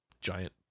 giant